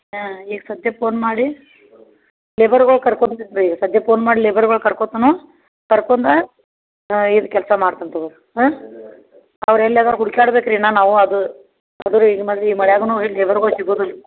ಹಾಂ ಈಗ ಸದ್ಯೆ ಪೋನ್ ಮಾಡಿ ಲೇಬರ್ಗಳು ಕರ್ಕೊಂಡು ಬಿಡ್ರಿ ಸದ್ಯೆ ಪೋನ್ ಮಾಡಿ ಲೇಬರ್ಗಳ ಕರ್ಕೊತನು ಕರ್ಕೊಂಡ ಇದು ಕೆಲಸ ಮಾಡ್ತೇನಿ ತಗೋರಿ ಹಾಂ ಅವ್ರು ಎಲ್ಲ ಅದಾರ ಹುಡ್ಕ್ಯಾಡಬೇಕು ರೀ ನಾನು ಅವ ಅದು ಅದು ರೀ ಈಗ ಮತ್ತೆ ಈ ಮಳ್ಯಾಗುನು ಏ ಲೇಬರ್ಗಳು ಸಿಗುದಿಲ್ಲ